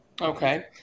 Okay